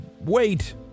wait